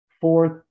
fourth